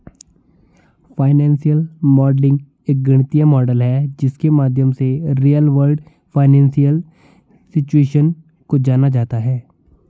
financial modelling एक गणितीय model है जिसके माध्यम से रियल वर्ल्ड फाइनेंशियल सिचुएशन को जाना जाता है